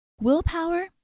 Willpower